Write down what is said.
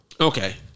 Okay